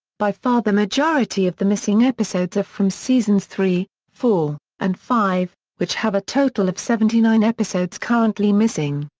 by far the majority of the missing episodes are from seasons three, four, and five, which have a total of seventy nine episodes currently missing.